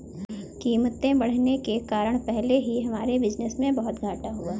कीमतें बढ़ने के कारण पहले ही हमारे बिज़नेस को बहुत घाटा हुआ है